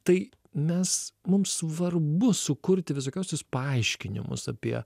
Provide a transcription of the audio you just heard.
tai mes mums svarbu sukurti visokiausius paaiškinimus apie